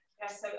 yes